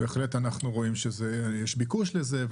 בהחלט אנחנו רואים שיש ביקוש לזה,